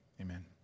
amen